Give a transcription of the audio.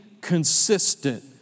consistent